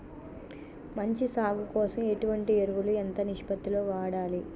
మంచి సాగు కోసం ఎటువంటి ఎరువులు ఎంత నిష్పత్తి లో వాడాలి?